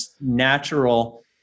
natural